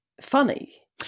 funny